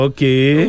Okay